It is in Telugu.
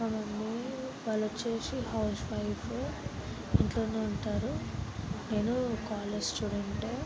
మా మమ్మీ వాళ్ళొచ్చేసి హౌస్ వైఫు ఇంట్లోనే ఉంటారు నేను కాలేజ్ స్టూడెంటు